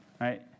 right